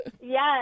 Yes